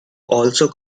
also